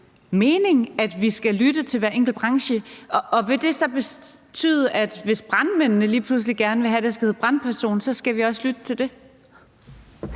holdning, at vi skal lytte til hver enkelt branche? Og vil det så betyde, at hvis brandmændene lige pludselig gerne vil have, at det skal hedde brandperson, så skal vi også lytte til det?